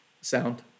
sound